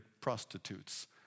prostitutes